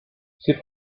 ces